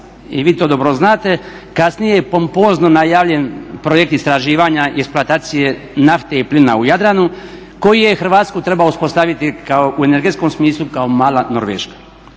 i vi to dobro znate kasnije je pompozno najavljen projekt istraživanja i eksploatacije nafte i plina u Jadranu koji je Hrvatsku trebao uspostaviti u energetskom smislu kao mala Norveška.